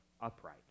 upright